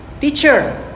Teacher